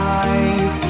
eyes